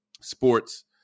sports